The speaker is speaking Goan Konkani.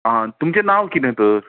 आं तुमचे नांव कितें तर